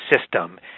system